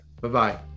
Bye-bye